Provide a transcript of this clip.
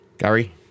Gary